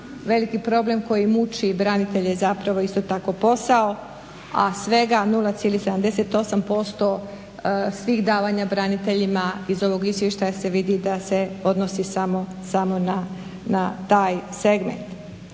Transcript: veliki problem koji muči i branitelje je zapravo isto tako posao, a svega 0,78% svih davanja braniteljima iz ovog izvještaja se vidi da se odnosi samo na taj segment.